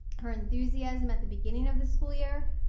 her enthusiasm at the beginning of the school year,